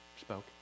spoke